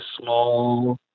small